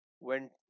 went